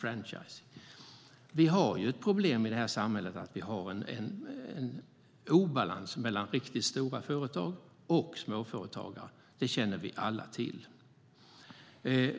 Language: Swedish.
Vi har ju ett problem i det här samhället med en obalans mellan riktigt stora företag och småföretagare. Det känner vi alla till.